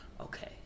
Okay